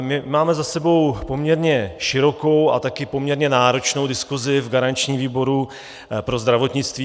My máme za sebou poměrně širokou a taky poměrně náročnou diskuzi v garančním výboru pro zdravotnictví.